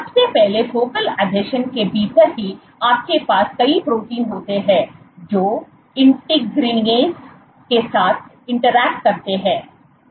सबसे पहले फोकल आसंजन के भीतर ही आपके पास कई प्रोटीन होते हैं जो इंटीग्रिग्रेन्स के साथ इंटरेक्ट करते हैं